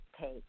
take